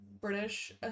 British